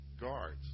guards